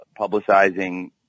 publicizing